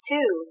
Two